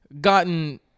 gotten